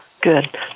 good